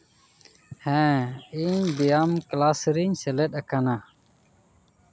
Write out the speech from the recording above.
ᱦᱮᱸ ᱤᱧ ᱵᱮᱭᱟᱢ ᱠᱞᱟᱥ ᱨᱤᱧ ᱥᱮᱞᱮᱫ ᱟᱠᱟᱱᱟ